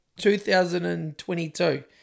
2022